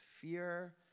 fear